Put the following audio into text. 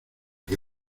que